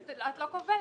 את לא כובלת,